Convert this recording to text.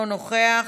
אינו נוכח,